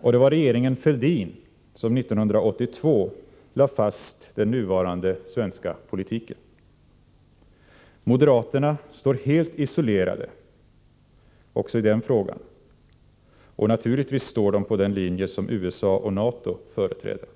och det var regeringen Fälldin som 1982 lade fast den nuvarande politiken. Moderaterna står helt isolerade också i den frågan, och naturligtvis står de på den linje som USA och NATO företräder.